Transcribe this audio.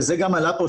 וזה גם עלה פה,